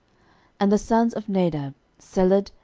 and the sons of nadab seled,